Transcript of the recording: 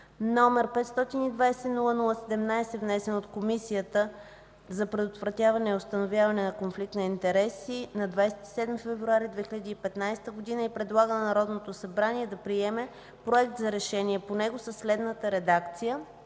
г., № 520-00-17, внесен от Комисията за предотвратяване и установяване на конфликт на интереси на 27 февруари 2015 г. и предлага на Народното събрание да приеме проект за решение по него със следната редакция: